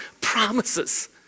promises